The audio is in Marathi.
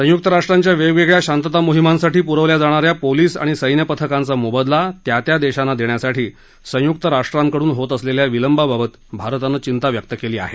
संय्क्त् राष्ट्रांच्या वेगवेगळया शांततामोहीमांसाठी प्रवल्या जाण या पोलीस आणि सैन्य पथकांचा मोबदला त्या त्या देशांना देण्यासाठी संय्क्त राष्ट्रांकडून होत असलेल्या विलंबाबत भारतानं चिंता व्यक्त केली आहे